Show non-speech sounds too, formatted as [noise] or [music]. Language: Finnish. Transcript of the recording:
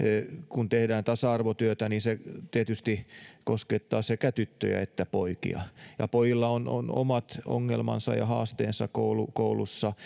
kun tehdään tasa arvotyötä niin se tietysti koskettaa sekä tyttöjä että poikia pojilla on on omat ongelmansa ja haasteensa koulussa [unintelligible]